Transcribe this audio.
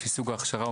לפי סוג ההכשרה,